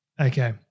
okay